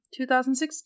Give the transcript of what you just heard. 2016